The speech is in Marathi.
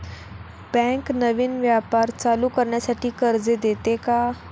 बँक नवीन व्यापार चालू करण्यासाठी कर्ज देते का?